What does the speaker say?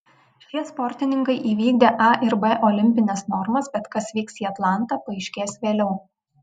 šie sportininkai įvykdė a ir b olimpines normas bet kas vyks į atlantą paaiškės vėliau